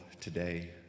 today